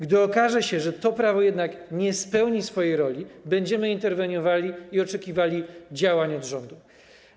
Gdy okaże się, że to prawo jednak nie spełni swojej roli, będziemy interweniowali i oczekiwali od rządu działań.